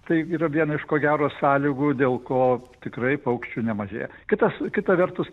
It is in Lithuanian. tai yra viena iš ko gero sąlygų dėl ko tikrai paukščių nemažėja kitas kita vertus